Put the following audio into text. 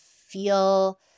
feel